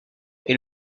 est